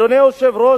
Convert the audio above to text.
אדוני היושב-ראש,